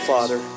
Father